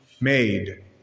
made